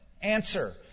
Answer